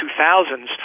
2000s